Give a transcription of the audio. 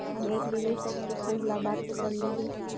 हम एक निवेशक से फंड ला बात तो करली हे